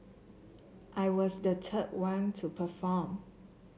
I was the third one to perform